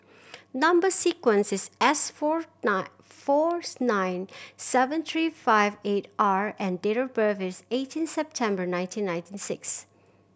number sequence is S four nine fourth nine seven three five eight R and date of birth is eighteen September nineteen nineteen six